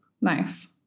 Nice